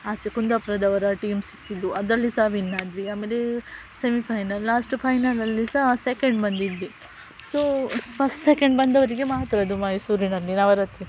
ಆಚೆ ಕುಂದಾಪುರದವರ ಟೀಮ್ ಸಿಕ್ಕಿದ್ದರು ಅದರಲ್ಲಿ ಸಹ ವಿನ್ ಆದ್ವಿ ಆಮೇಲೆ ಸೆಮಿ ಫೈನಲ್ ಲಾಸ್ಟ್ ಫೈನಲಲ್ಲಿ ಸೆಕೆಂಡ್ ಬಂದಿದ್ವಿ ಸೊ ಫಸ್ಟ್ ಸೆಕೆಂಡ್ ಬಂದವರಿಗೆ ಮಾತ್ರ ಅದು ಮೈಸೂರಿನಲ್ಲಿ ನವರಾತ್ರಿ